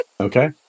Okay